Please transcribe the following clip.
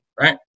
right